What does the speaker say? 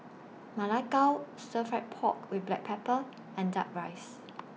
Ma Lai Gao Stir Fry Pork with Black Pepper and Duck Rice